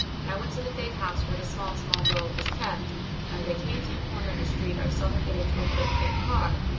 and i went to the big house where the small-small girl was kept, and as i came to the corner of the street i saw her get into a quick-quick car.